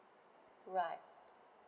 right